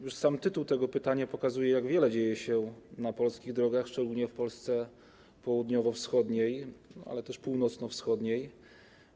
Już sam tytuł tego pytania pokazuje, jak wiele dzieje się na polskich drogach, szczególnie w południowo-wschodniej, ale też północno-wschodniej Polsce.